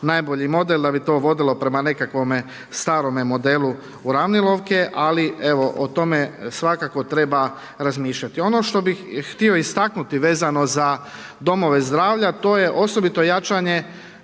najbolji model da bi to vodilo prema nekakvome starome modelu uravnilovke, ali evo o tome svakako treba razmišljati. Ono što bih htio istaknuti vezano za domove zdravlja to je osobito jačanje